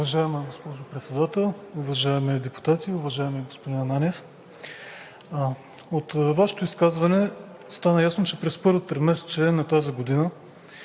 Уважаема госпожо Председател, уважаеми депутати! Уважаеми господин Ананиев, от Вашето изказване стана ясно, че през първото тримесечие на тази година